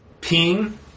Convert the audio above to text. Ping